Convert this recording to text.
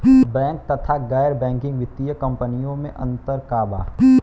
Bank तथा गैर banking वित्तीय कम्पनीयो मे अन्तर का बा?